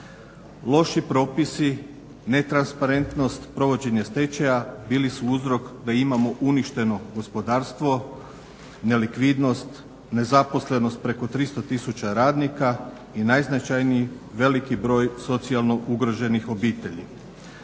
Loši propisi, netransparentnost provođenje stečaja bili su uzrok da imamo uništeno gospodarstvo, nelikvidnost, nezaposlenost preko 300 tisuća radnika i najznačajniji veliki broj socijalno ugroženih obitelji.